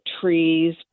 trees